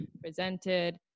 presented